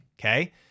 okay